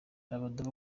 rabadaba